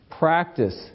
Practice